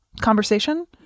conversation